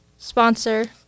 sponsor